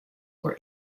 were